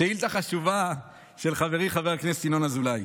שאילתה חשובה של חברי חבר הכנסת ינון אזולאי.